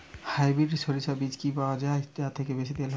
Hybrid শরিষা বীজ কি পাওয়া য়ায় যা থেকে বেশি তেল হয়?